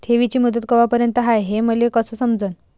ठेवीची मुदत कवापर्यंत हाय हे मले कस समजन?